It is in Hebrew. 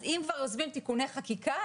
אז אם כבר יוזמים תיקוני חקיקה,